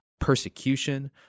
persecution